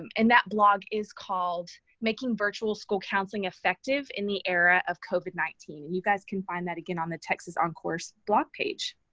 um and that blog is called making virtual school counseling effective in the era of covid nineteen. and you guys can find that, again, on the texas oncourse blog page.